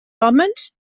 hòmens